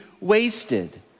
wasted